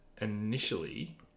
initially